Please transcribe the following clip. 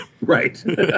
Right